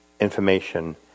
information